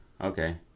Okay